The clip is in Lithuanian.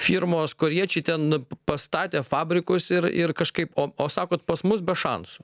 firmos korėjiečiai ten pastatė fabrikus ir ir kažkaip o o sakot pas mus be šansų